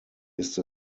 ist